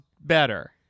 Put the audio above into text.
better